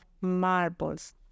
marbles